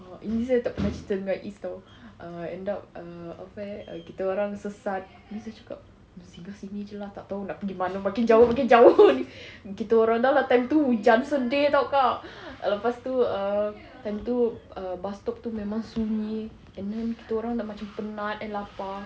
err ini saya tak pernah cerita dengan izz [tau] err end up err apa eh err kita orang sesat habis saya cakap singgah sini jer lah tak tahu nak pergi mana makin jauh makin jauh ni kita orang dah lah time tu hujan sedih [tau] kak lepas tu err time tu err bus stop tu memang sunyi and then kita orang dah macam penat and lapar